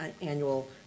annual